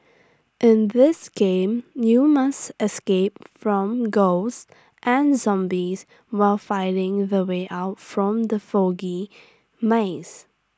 in this game you must escape from ghosts and zombies while finding the way out from the foggy maze